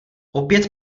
opět